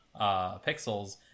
pixels